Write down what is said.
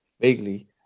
vaguely